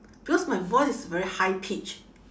because my voice is very high pitch